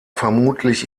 vermutlich